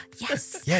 yes